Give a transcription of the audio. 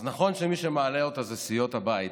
נכון שמי שמעלה אותה הוא סיעות הבית,